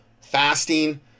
fasting